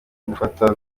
gufata